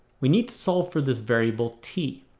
we need to solve for this variable t.